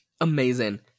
amazing